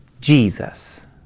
Jesus